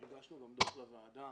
הגשנו גם דוח לוועדה